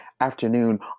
afternoon